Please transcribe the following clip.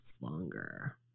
longer